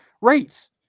rates